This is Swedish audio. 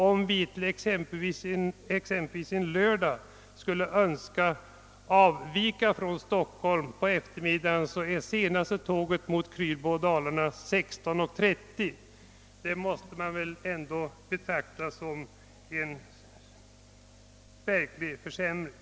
Om visen lördag skulle önska avvika från Stockholm på eftermiddagen, är senaste tåget som vi kan ta mot Krylbo och Dalarna det som går klockan 16.30. Detta måste man väl ändå betrakta som en verklig försämring.